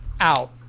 out